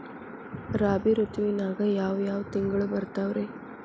ರಾಬಿ ಋತುವಿನಾಗ ಯಾವ್ ಯಾವ್ ತಿಂಗಳು ಬರ್ತಾವ್ ರೇ?